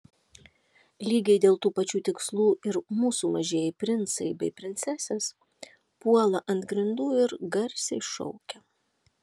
lygiai dėl tų pačių tikslų ir mūsų mažieji princai bei princesės puola ant grindų ir garsiai šaukia